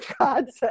God